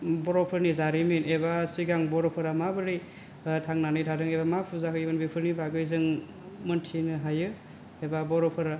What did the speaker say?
बर'फोरनि जारिमिन एबा सिगां बर'फोरा माबोरै थांनानै थादों एबा मा फुजा होयोमोन बेफोरनि बागै जों मोनथिनो हायो एबा बर'फोरा